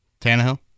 Tannehill